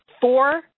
four